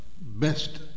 best